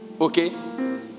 okay